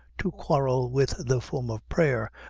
to quarrel with the form of prayer,